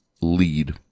lead